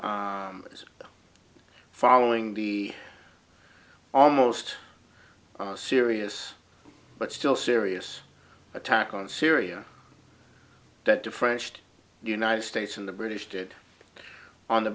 as following the almost serious but still serious attack on syria that the french to the united states and the british did on the